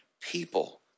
people